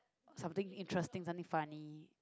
something interesting something funny